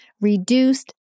reduced